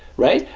right?